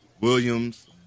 Williams